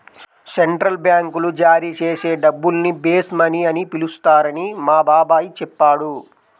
central బ్యాంకులు జారీ చేసే డబ్బుల్ని బేస్ మనీ అని పిలుస్తారని మా బాబాయి చెప్పాడు